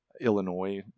illinois